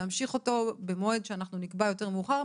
ולהמשיך אותו במועד שנקבע יותר מאוחר,